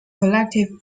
collective